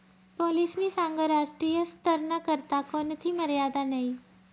पोलीसनी सांगं राष्ट्रीय स्तरना करता कोणथी मर्यादा नयी